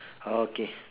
okay